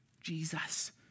Jesus